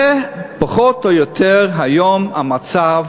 זה פחות או יותר היום המצב